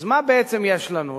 אז מה בעצם יש לנו?